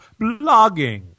blogging